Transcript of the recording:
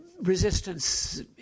resistance